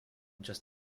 just